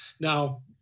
Now